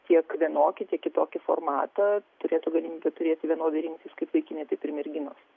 tiek vienokį tiek kitokį formatą turėtų galimybę turėti vienodai kaip vaikinai taip ir merginos